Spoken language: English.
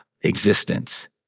existence